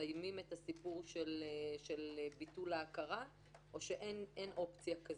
מסיימים את הסיפור של ביטול ההכרה או שאין אופציה כזאת?